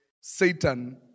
Satan